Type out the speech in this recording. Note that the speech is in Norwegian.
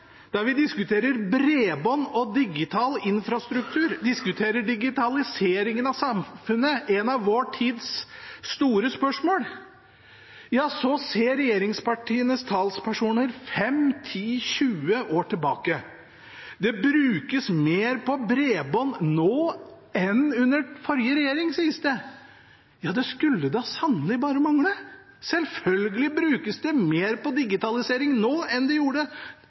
vi diskuterer bredbånd, digital infrastruktur og digitaliseringen av samfunnet, et av vår tids store spørsmål, så ser regjeringspartienes talspersoner 5, 10, 20 år tilbake. Det brukes mer på bredbånd nå enn under forrige regjering, sies det. Ja, det skulle da sannelig bare mangle. Selvfølgelig brukes det mer på digitalisering nå enn det